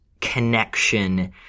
connection